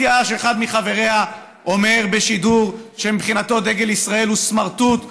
זו הסיעה שאחד מחבריה אומר בשידור שמבחינתו דגל ישראל הוא סמרטוט.